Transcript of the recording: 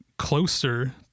closer